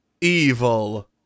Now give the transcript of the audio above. Evil